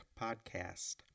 podcast